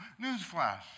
Newsflash